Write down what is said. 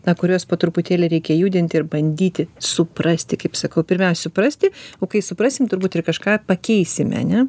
na kuriuos po truputėlį reikia judinti ir bandyti suprasti kaip sakau pirmiausia suprasti o kai suprasim turbūt ir kažką pakeisime ne